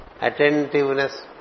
Attentiveness